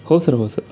हो सर हो सर